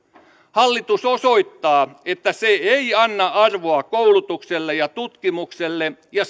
hallitus osoittaa että se ei anna arvoa koulutukselle ja tutkimukselle ja